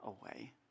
away